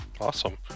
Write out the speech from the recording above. awesome